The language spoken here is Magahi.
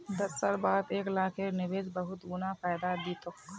दस साल बाद एक लाखेर निवेश बहुत गुना फायदा दी तोक